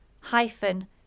hyphen